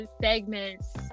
segments